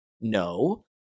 No